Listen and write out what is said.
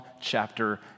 chapter